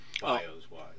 bios-wise